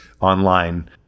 online